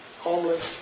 homeless